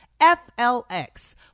FLX